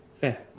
fair